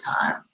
time